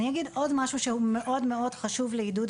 אני אגיד עוד משהו שהוא מאוד מאוד חשוב לעידוד